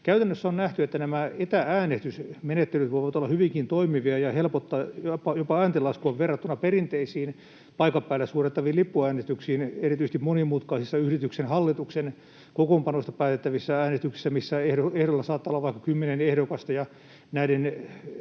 Käytännössä on nähty, että nämä etä-äänestysmenettelyt voivat olla hyvinkin toimivia ja helpottaa jopa ääntenlaskua verrattuna perinteisiin paikan päällä suoritettaviin lippuäänestyksiin. Erityisesti monimutkaisissa yrityksen hallituksen kokoonpanosta päätettävissä äänestyksissä, missä ehdolla saattaa olla vaikka kymmenen ehdokasta ja näiden